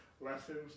lessons